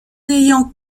ayant